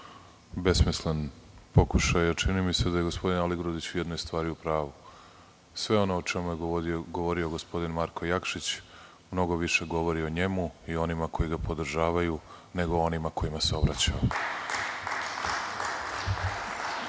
besmislen pokušaj, ali čini mi se da je gospodin Aligrudić u jednoj stvari u pravu. Sve ono o čemu je govorio gospodin Marko Jakšić, mnogo više govori o njemu i o onima koji ga podržavaju, nego o onima kojima se obraćao. Uopšte